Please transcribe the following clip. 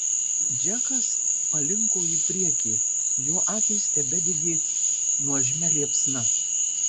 džekas palinko į priekį jo akys tebedegė nuožmia liepsna